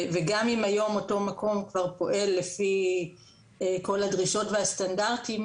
גם אם היום אותו מקום כבר פועל לפי כל הדרישות והסטנדרטים,